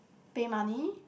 pay money